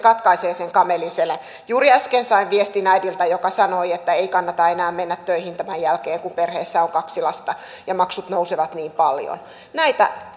katkaisee sen kamelin selän juuri äsken sain viestin äidiltä joka sanoi että ei kannata enää mennä töihin tämän jälkeen kun perheessä on kaksi lasta ja maksut nousevat niin paljon näitä